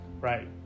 Right